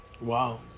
wow